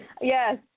Yes